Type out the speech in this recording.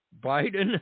Biden